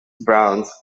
browns